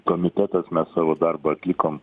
komitetas mes savo darbą atlikom